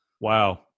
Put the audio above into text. Wow